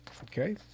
Okay